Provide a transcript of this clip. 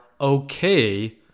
okay